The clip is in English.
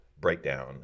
breakdown